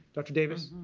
dr. davis.